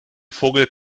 vogel